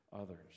others